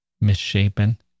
misshapen